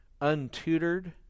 untutored